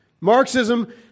Marxism